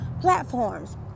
platforms